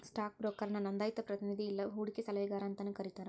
stock ಬ್ರೋಕರ್ನ ನೋಂದಾಯಿತ ಪ್ರತಿನಿಧಿ ಇಲ್ಲಾ ಹೂಡಕಿ ಸಲಹೆಗಾರ ಅಂತಾನೂ ಕರಿತಾರ